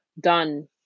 done